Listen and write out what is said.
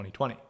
2020